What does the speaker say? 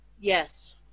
Yes